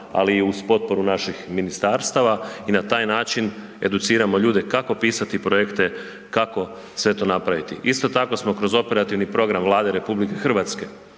ali i uz potporu naših ministarstava i na taj način educiramo ljude kako pisati projekte, kako sve to napraviti. Isto tako smo kroz operativni program Vlade RH na inicijativu